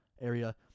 area